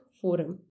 Forum